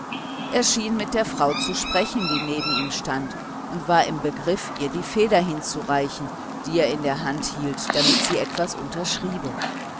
schien mit der frau zu sprechen die neben ihm stand und war im begriff ihr die feder hinzureichen die er in der hand hielt damit sie etwas unterschriebe